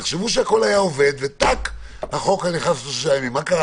אתה רואה, אני מגן עליך, אני אומר